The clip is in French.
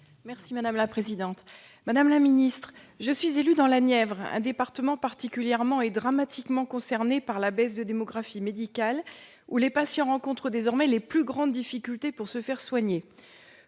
Madame la secrétaire d'État, je suis élue dans la Nièvre, département particulièrement et dramatiquement concerné par la baisse de démographie médicale et où les patients rencontrent désormais les plus grandes difficultés pour se faire soigner.